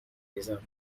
ریزم